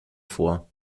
vor